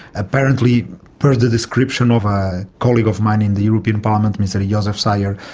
apparently per the description of a colleague of mine in the european parliament, mr jozsef so yeah